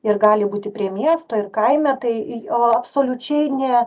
ir gali būti prie miesto ir kaime tai į o absoliučiai ne